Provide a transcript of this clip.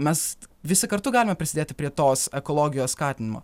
mes visi kartu galime prisidėti prie tos ekologijos skatinimo